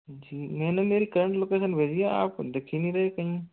जी मैंने मेरी current location भेजी है आप दिख ही नहीं रहे कहीं